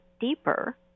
deeper